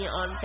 on